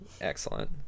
Excellent